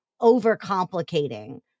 overcomplicating